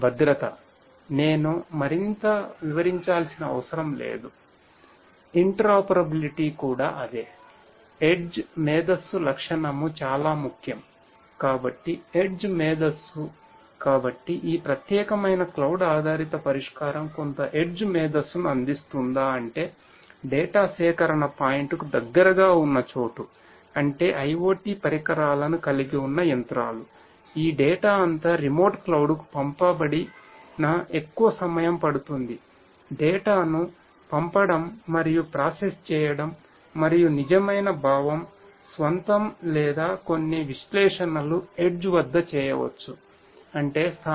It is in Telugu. భద్రత నేను మరింత వివరించాల్సిన అవసరం లేదు ఇంటర్ఆపెరాబిలిటీ వద్ద లేదా ఏమైనా